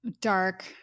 dark